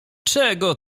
czego